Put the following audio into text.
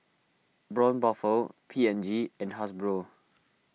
Braun Buffel P and G and Hasbro